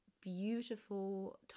beautiful